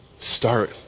Start